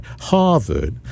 Harvard